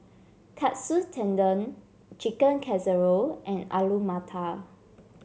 Katsu Tendon Chicken Casserole and Alu Matar